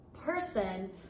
Person